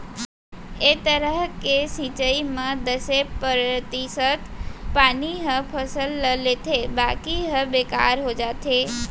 ए तरह के सिंचई म दसे परतिसत पानी ह फसल ल लेथे बाकी ह बेकार हो जाथे